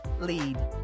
lead